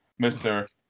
Mr